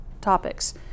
topics